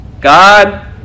God